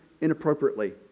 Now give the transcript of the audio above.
inappropriately